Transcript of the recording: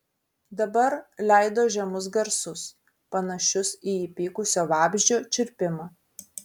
dabar leido žemus garsus panašius į įpykusio vabzdžio čirpimą